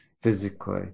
physically